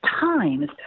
times